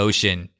Ocean